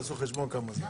תעשו חשבון כמה זה.